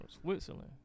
Switzerland